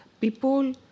people